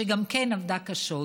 שגם היא עבדה קשות,